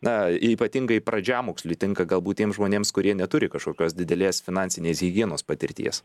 na ypatingai pradžiamoksliui tinka galbūt tiem žmonėms kurie neturi kažkokios didelės finansinės higienos patirties